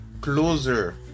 closer